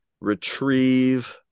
retrieve